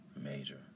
major